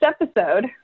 episode